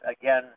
Again